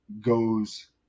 goes